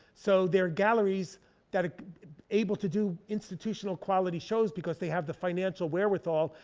so there are galleries that are able to do institutional quality shows because they have the financial wherewithal,